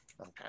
Okay